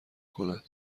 کند